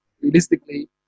realistically